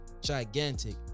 gigantic